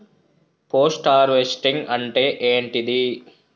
Post harvesting అంటే ఏంటిది?